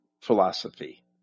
philosophy